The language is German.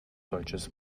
deutsches